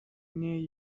near